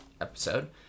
episode